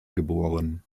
geboren